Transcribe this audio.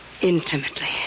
intimately